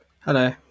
Hello